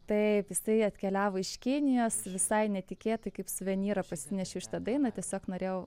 taip jisai atkeliavo iš kinijos visai netikėtai kaip suvenyrą parsinešiau šitą dainą tiesiog norėjau